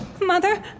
Mother